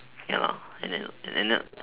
ya and then and then